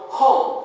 home